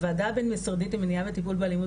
הוועדה הבין משרדית למניעה וטיפול באלימות